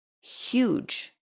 huge